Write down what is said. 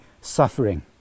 suffering